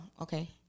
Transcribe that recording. okay